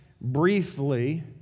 briefly